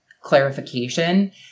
clarification